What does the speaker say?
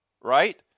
right